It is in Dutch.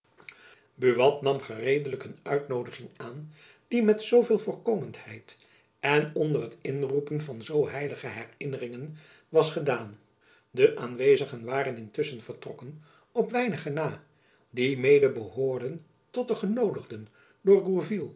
buat nam gereedelijk een uitnoodiging aan die met zooveel voorkomendheid en onder het inroepen van zoo heilige herinneringen was gedaan de aanwezigen waren intusschen vertrokken op weinige na die mede behoorden tot de genoodigden door